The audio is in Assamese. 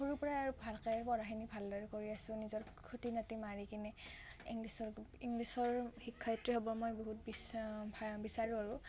সৰুৰ পৰাই আৰু ভালকে পঢ়াখিনি ভালদৰে কৰি আছোঁ নিজৰ খুটি নাতি মাৰি কিনে ইংলিছৰ ইংলিছৰ শিক্ষয়ত্ৰী হ'বৰ মই বহুত বিচাৰোঁ আৰু